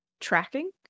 tracking